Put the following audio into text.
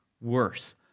worse